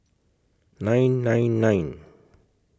nine nine nine